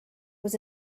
was